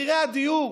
מחירי הדיור,